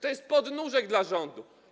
To jest podnóżek dla rządu.